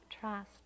trust